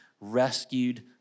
rescued